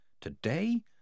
today